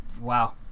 Wow